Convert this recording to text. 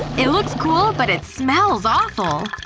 it looks cool but it smells awful.